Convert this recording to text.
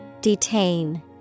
Detain